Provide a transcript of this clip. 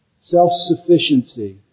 self-sufficiency